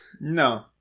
No